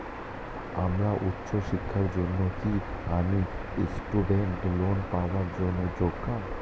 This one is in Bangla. আমার উচ্চ শিক্ষার জন্য কি আমি স্টুডেন্ট লোন পাওয়ার যোগ্য?